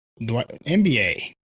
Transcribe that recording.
NBA